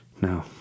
No